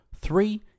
three